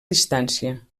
distància